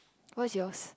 what's yours